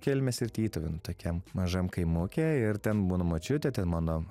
kelmės ir tytuvėnų tokiam mažam kaimuke ir ten mano močiutė ten mano